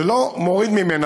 זה לא מוריד ממנה,